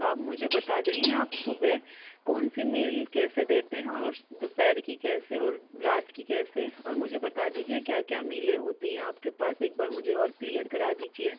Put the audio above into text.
तो आप मुझे बता देंगे आप सुबह कौन सी मील कैसे देते हैं और दोपहर की कैसे और रात की कैसे और मुझे बता दीजिए क्या क्या मीलें होती है आपके पास एक बार मुझे और क्लेयर करा दीजिए